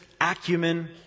acumen